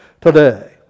today